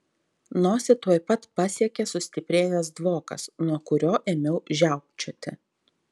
nosį tuoj pat pasiekė sustiprėjęs dvokas nuo kurio ėmiau žiaukčioti